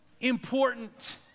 important